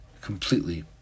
completely